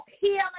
healing